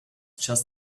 just